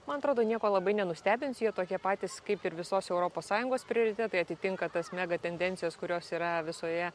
man atrodo nieko labai nenustebinsiu jie tokie patys kaip ir visos europos sąjungos prioritetai atitinka tas mega tendencijas kurios yra visoje